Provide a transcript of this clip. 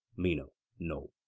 meno no.